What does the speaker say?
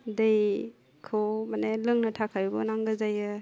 दैखौ माने लोंनो थाखाइबो नांगौ जायो